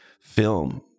film